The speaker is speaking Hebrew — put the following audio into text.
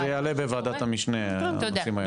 זה יעלה בוועדת המשנה הנושאים האלה.